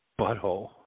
butthole